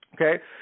Okay